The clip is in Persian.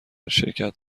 شرکت